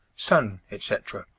sun, etc.